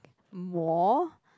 more